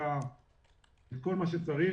את כל מה שצריך.